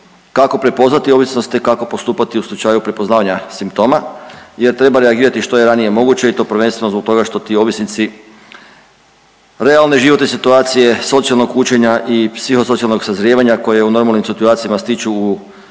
kako prepoznati ovisnost te kako postupati u slučaju prepoznavanja simptoma jer treba reagirati što je ranije moguće i to prvenstveno zbog toga što ti ovisnici realne i životne situacije socijalnog učenja i psihosocijalnog sazrijevanja koje u normalnim situacija stiču u,